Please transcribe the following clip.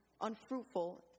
unfruitful